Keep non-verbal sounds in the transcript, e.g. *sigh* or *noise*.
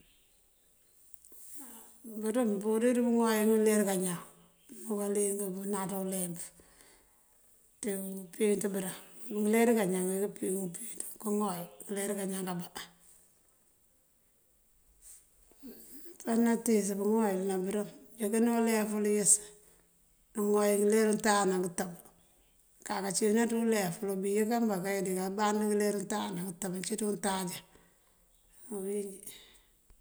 Bërëm mëëmpurir pëŋooy ngëleer kañan; koka lúŋ pënaţa uleemp ţí pëpiënţ bërëm ngëleer kañan ngi këbiŋuŋ piënţ këŋooy ngëleer kañan kabá. *hesitation* nápaţ natíis pëŋooyul nna bërëm ujëkna uleeful yës nëŋooy ngëleer untáaja nángëtëb; akáka cína ţí uleeful ubi yëkan bá kay díkaband ngëleer untáaja nángëtëb ací ţí untáaja ti uwi inji.